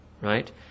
right